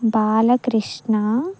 Balakrishna